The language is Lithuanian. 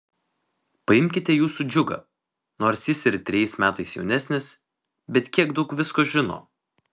paimkite jūsų džiugą nors jis ir trejais metais jaunesnis bet kiek daug visko žino